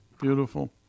Beautiful